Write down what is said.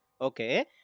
Okay